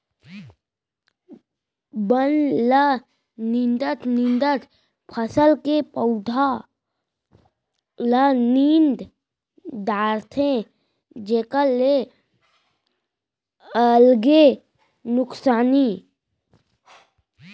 बन ल निंदत निंदत फसल के पउधा ल नींद डारथे जेखर ले अलगे नुकसानी